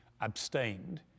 abstained